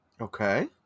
Okay